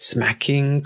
Smacking